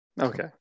Okay